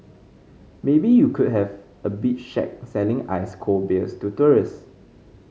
maybe you could have a beach shack selling ice cold beers to tourist